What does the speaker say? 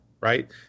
right